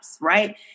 Right